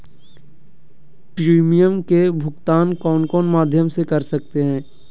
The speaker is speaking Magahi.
प्रिमियम के भुक्तान कौन कौन माध्यम से कर सको है?